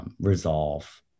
resolve